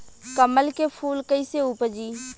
कमल के फूल कईसे उपजी?